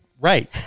Right